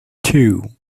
two